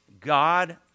God